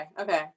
Okay